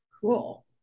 Cool